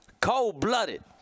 cold-blooded